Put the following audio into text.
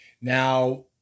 Now